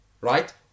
right